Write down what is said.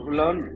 learn